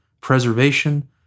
preservation